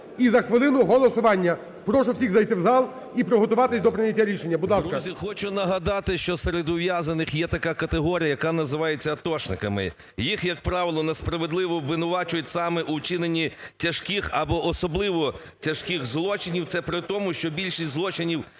І за хвилину – голосування, прошу всіх зайти в зали і приготуватись до прийняття рішення. Будь ласка. 18:12:53 ТИМОШЕНКО Ю.В. Друзі! Хочу нагадати, що серед ув'язнених є така категорія, яка називається атошниками, їх, як правило, несправедливо обвинувачують саме у вчиненні тяжких або особливо тяжких злочинів це притому, що більшість злочинів,